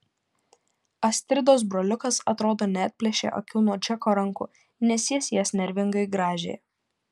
astridos broliukas atrodo neatplėšė akių nuo džeko rankų nes jis jas nervingai grąžė